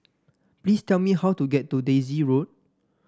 please tell me how to get to Daisy Road